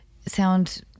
sound